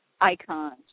icons